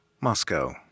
Moscow